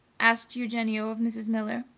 asked eugenio of mrs. miller.